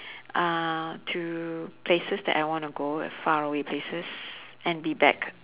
uh to places that I wanna go far away places and be back